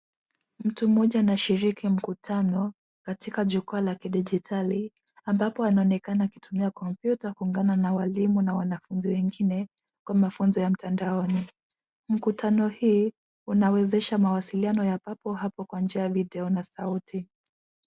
Mtu mmoja anashiriki mkutano katika jukua la kidijitali ambapo anaonekana akitumia kompyuta kuungana na walimu na wanafunzi wengine kwa mafunzo ya mtandaoni. Mkutano hii unawezesha mawasiliano ya papo hapo kwa njia ya video na sauti.